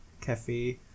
cafe